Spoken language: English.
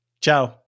ciao